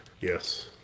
Yes